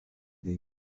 les